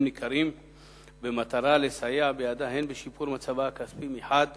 ניכרים במטרה לסייע בידה הן בשיפור מצבה הכספי והן